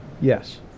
yes